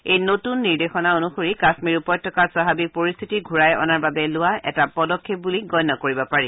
এই নতুন নিৰ্দেশনা অনুসৰি কাশ্মীৰ উপত্যকাত স্বাভাৱিক পৰিস্থিতি ঘূৰাই অনাৰ বাবে লোৱা এটা পদক্ষেপ বুলি গণ্য কৰিব পাৰি